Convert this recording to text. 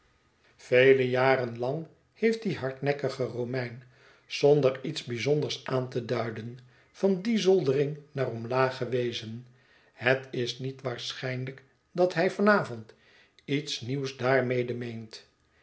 vele jaren lang heeft die hardnekkige romein zonder iets bijzonders aan te duiden van die zoldering naar omlaag gewezen het is niet waarschijnlijk dat hij van avond iets nieuws daarmede meent